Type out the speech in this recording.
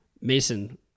mason